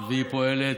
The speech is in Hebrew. אני לא אומר.